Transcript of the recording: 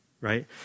right